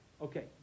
Okay